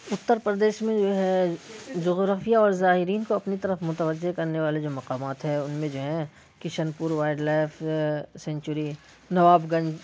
اتر پردیش میں جو ہے جغرافیہ اور زائرین کو اپن طرف متوجہ کرنے والے جو مقامات ہیں ان میں جو ہیں Kishanpur wildlife sanctuary نواب گنج